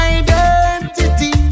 identity